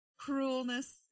cruelness